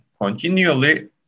continually